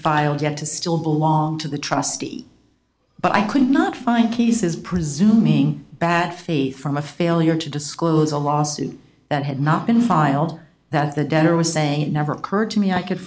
filed yet to still belong to the trustee but i could not find cases presuming bad faith from a failure to disclose a lawsuit that had not been filed that the debtor was saying it never occurred to me i could